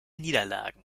niederlagen